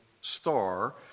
star